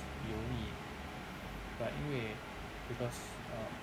油腻 but 因为 because err